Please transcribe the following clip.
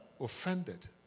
offended